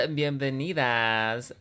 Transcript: bienvenidas